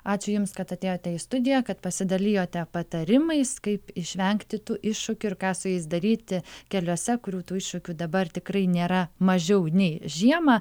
ačiū jums kad atėjote į studiją kad pasidalijote patarimais kaip išvengti tų iššūkių ir ką su jais daryti keliuose kurių tų iššūkių dabar tikrai nėra mažiau nei žiemą